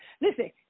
Listen